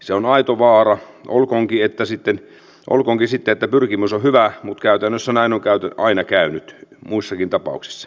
se on aito vaara olkoonkin sitten että pyrkimys on hyvä mutta käytännössä näin on aina käynyt muissakin tapauksissa